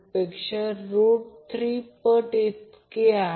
तर या प्रकरणात आपल्याला Ia IAB ICA माहित आहे